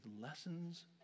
lessons